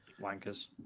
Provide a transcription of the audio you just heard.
wankers